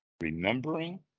Remembering